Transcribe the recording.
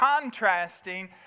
contrasting